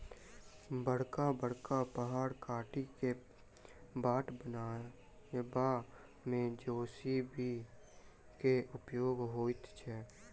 बड़का बड़का पहाड़ काटि क बाट बनयबा मे जे.सी.बी के उपयोग होइत छै